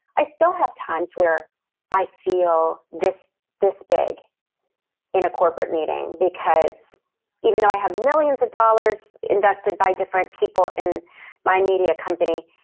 i still have times where i feel this this big in a corporate meeting, because even though i have millions of dollars invested by different people in my media company,